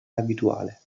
abituale